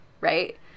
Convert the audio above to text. Right